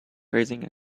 raising